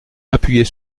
appuyer